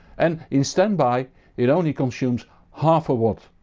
and in standby it only consumes half a watt.